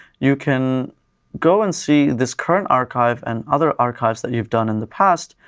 you can go and see this current archive and other archives that you've done in the past,